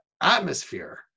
atmosphere